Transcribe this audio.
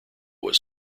was